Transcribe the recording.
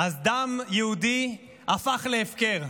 אז דם יהודי הפך להפקר,